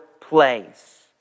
place